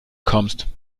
kommst